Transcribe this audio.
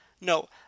No